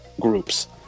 groups